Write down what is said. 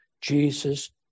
Jesus